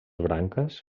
branques